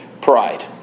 pride